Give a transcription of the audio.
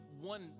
one